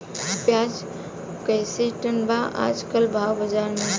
प्याज कइसे टन बा आज कल भाव बाज़ार मे?